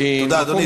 תודה, אדוני.